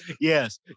Yes